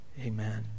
amen